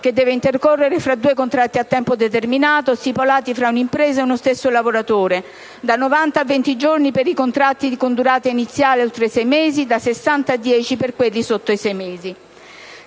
che deve intercorrere tra due contratti a tempo determinato stipulati tra un'impresa e uno stesso lavoratore (da novanta a venti giorni per i contratti con durata iniziale oltre i sei mesi e da sessanta a dieci giorni per quelli sotto i sei mesi);